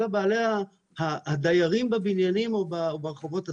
אלא הדיירים בבניינים או ברחובות עצמם,